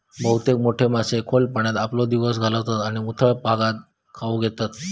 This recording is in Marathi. बहुतेक मोठे मासे खोल पाण्यात आपलो दिवस घालवतत आणि उथळ भागात खाऊक येतत